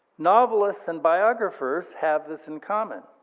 novelists and biographers have this in common.